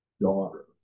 daughter